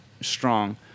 strong